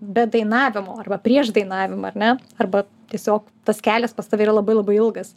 be dainavimo arba prieš dainavimą ar ne arba tiesiog tas kelias pas tave yra labai labai ilgas